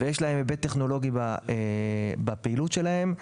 ושיש להם היבט טכנולוגי בפעילות שלהם,